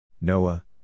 Noah